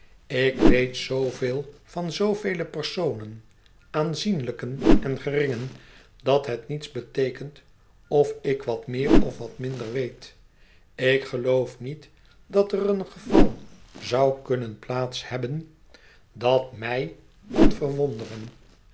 ik weet zooveel van zoovele personen aanzienlijken en geringen dat het niets beteekent of ik wat meer of wat minder weet ik geloof niet dat er een geval zou kunnen plaats hebben dat m ij kon verwonderen